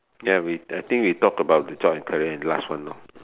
ya we I think we talk about the job and career last one lah